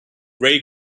ray